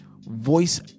voice